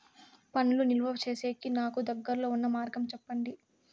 పండ్లు నిలువ సేసేకి నాకు దగ్గర్లో ఉన్న మార్గం చెప్పండి?